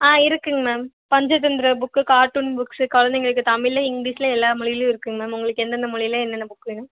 ஆ இருக்குங்க ma'am Panchatantra book cartoon books குழந்தைங்களுக்கு தமிழ் இங்கிலீஷில் எல்லா மொழிலேயும் இருக்குங்க மேம் உங்களுக்கு எந்தெந்த மொழியில் என்னென்ன புக் வேணும்